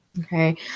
okay